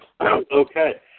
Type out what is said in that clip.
Okay